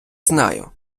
знаю